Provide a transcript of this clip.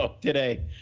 today